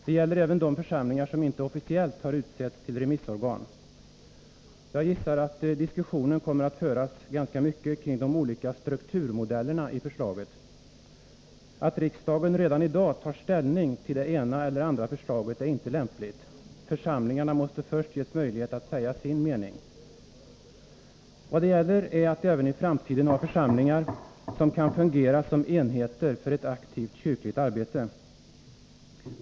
Det gäller även de församlingar som inte officiellt har utsetts till remissorgan. Jag gissar att diskussionen kommer att föras ganska mycket kring de olika strukturmodellerna i förslaget. Att riksdagen redan i dag tar ställning till det ena eller andra förslaget är inte lämpligt. Församlingarna måste först ges möjlighet att säga sin mening. Vad det gäller är att även i framtiden ha församlingar som kan fungera som enheter för ett aktivt kyrkligt arbete.